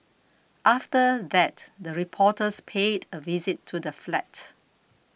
after that the reporters paid a visit to the flat